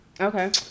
Okay